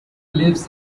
lives